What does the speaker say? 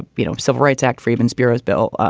you know, civil rights act, freedman's bureau bill,